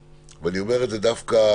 אני אומר את זה דווקא